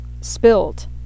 spilled